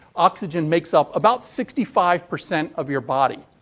oxygen makes up about sixty five percent of your body.